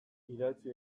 idatzi